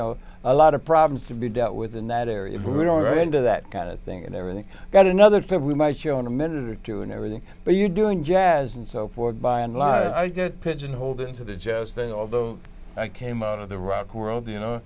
know a lot of problems to be dealt with in that area but we don't run into that kind of thing and everything got another fit we might show in a minute or two and everything but you doing jazz and so forth by and large i get pigeonholed into the jazz then although i came out of the rock world you know